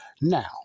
Now